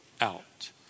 out